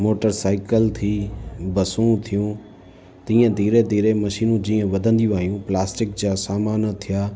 motor cycle थी बसूं थियूं तीअं धीरे धीरे मशीनूं जीअं वधंदी आहियूं प्लास्टिक जा सामान थिया